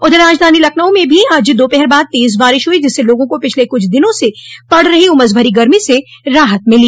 उधर राजधानी लखनऊ में भी आज दोपहर बाद तेज बारिश हुई जिससे लोगों को पिछले कुछ दिनों से पड़ रही उमस भरी गर्मी से राहत मिली